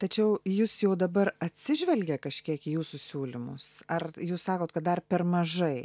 tačiau į jūs jau dabar atsižvelgia kažkiek į jūsų siūlymus ar jūs sakot kad dar per mažai